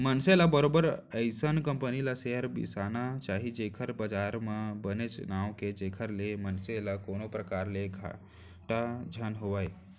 मनसे ल बरोबर अइसन कंपनी क सेयर बिसाना चाही जेखर बजार म बनेच नांव हे जेखर ले मनसे ल कोनो परकार ले घाटा झन होवय